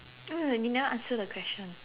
eh you never answer the question